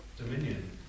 Dominion